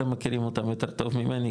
אתם מכירים אותם יותר טוב ממני,